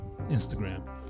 instagram